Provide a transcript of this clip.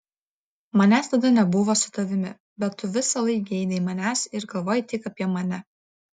manęs tada nebuvo su tavimi bet tu visąlaik geidei manęs ir galvojai tik apie mane